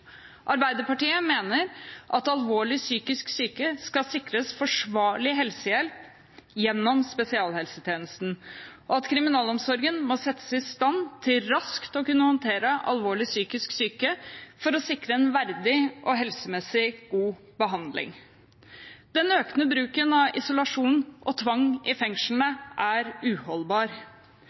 Arbeiderpartiet mener at alvorlig psykisk syke skal sikres forsvarlig helsehjelp gjennom spesialisthelsetjenesten, og at kriminalomsorgen må settes i stand til raskt å kunne håndtere alvorlig psykisk syke for å sikre en verdig og helsemessig god behandling. Den økende bruken av isolasjon og tvang i fengslene er uholdbar.